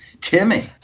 Timmy